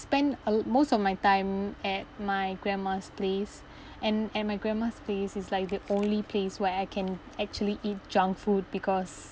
spent a l~ most of my time at my grandma's place and at my grandma's place is like the only place where I can actually eat junk food because